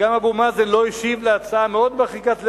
וגם אבו מאזן לא השיב להצעה מאוד מרחיקת לכת,